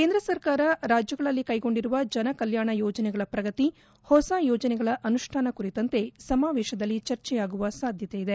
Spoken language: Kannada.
ಕೇಂದ್ರ ಸರಕಾರ ರಾಜ್ಯಗಳಲ್ಲಿ ಕೈಗೊಂಡಿರುವ ಜನಕಲ್ಯಾಣ ಯೋಜನೆಗಳ ಪ್ರಗತಿ ಹೊಸ ಯೋಜನೆಗಳ ಅನುಷ್ಠಾನ ಕುರಿತಂತೆ ಸಮಾವೇಶದಲ್ಲಿ ಚರ್ಚೆಯಾಗುವ ಸಾಧ್ಯತೆ ಇದೆ